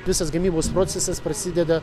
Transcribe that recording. visas gamybos procesas prasideda